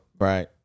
Right